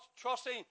trusting